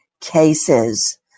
cases